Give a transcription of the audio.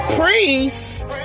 priest